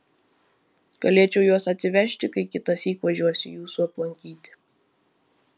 galėčiau juos atsivežti kai kitąsyk važiuosiu jūsų aplankyti